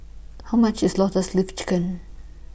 How much IS Lotus Leaf Chicken